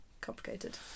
complicated